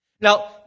Now